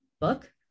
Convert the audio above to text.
book